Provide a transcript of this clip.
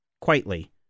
Quietly